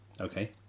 Okay